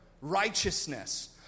righteousness